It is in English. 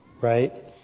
Right